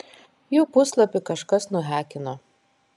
jų puslapį kažkas nuhakino